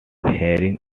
hearing